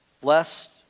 blessed